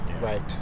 Right